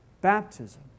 baptism